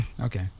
Okay